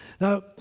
Now